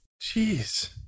Jeez